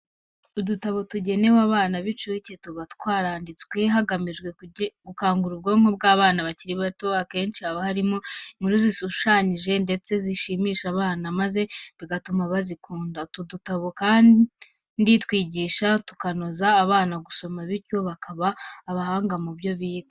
Udutabo tugenewe abana b'inshuke tuba twaranditswe hagamijwe ku gukangura ubwonko bw'abana bakiri bato. Akenshi, haba harimo inkuru zishushanyije ndetse zishimisha abana maze bigatuma bazikunda. Utu dutabo kandi twigisha tukanatoza abana gusoma bityo bakaba abahanga mu byo biga.